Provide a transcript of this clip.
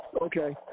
Okay